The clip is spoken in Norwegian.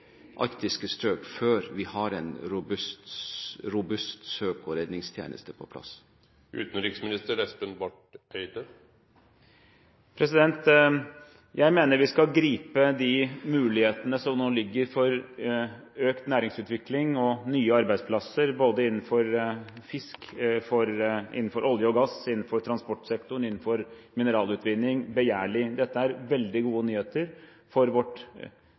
arktiske strøk før vi har en robust søk- og redningstjeneste på plass? Jeg mener vi skal gripe de mulighetene som nå er der for økt næringsutvikling og nye arbeidsplasser både innenfor fiske, olje og gass, transportsektoren og mineralutvinning, begjærlig. Dette er veldig gode nyheter for